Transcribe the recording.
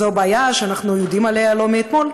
זו בעיה שאנחנו יודעים עליה לא מאתמול.